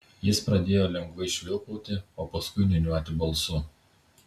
jis pradėjo lengvai švilpauti o paskui niūniuoti balsu